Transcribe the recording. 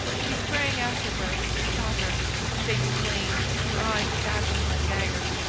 he sprang after her, and caught her. her face flamed, and her eyes stabbed him like daggers.